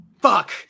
fuck